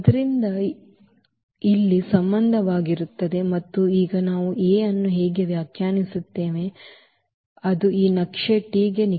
ಆದ್ದರಿಂದ ಅದು ಇಲ್ಲಿ ಸಂಬಂಧವಾಗಿರುತ್ತದೆ ಮತ್ತು ನಾವು ಈಗ A ಅನ್ನು ಹೇಗೆ ವ್ಯಾಖ್ಯಾನಿಸುತ್ತೇವೆ ಅದು ಈ ನಕ್ಷೆ T ಗೆ ನಿಖರವಾಗಿ ಅನುಗುಣವಾಗಿರುತ್ತದೆ ಅಥವಾ ಅಲ್ಲಿ ಈ ನಕ್ಷೆ T ಯಂತೆ ಕಾರ್ಯನಿರ್ವಹಿಸುತ್ತದೆ